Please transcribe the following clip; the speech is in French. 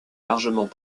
largement